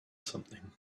something